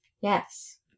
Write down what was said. Yes